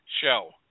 show